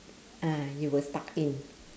uh you were stuck in